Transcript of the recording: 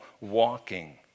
walking